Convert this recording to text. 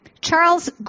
Charles